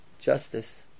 justice